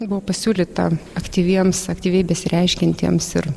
buvo pasiūlyta aktyviems aktyviai besireiškiantiems ir